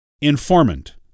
Informant